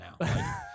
now